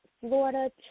Florida